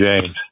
James